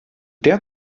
der